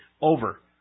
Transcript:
over